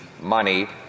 money